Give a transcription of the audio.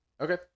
Okay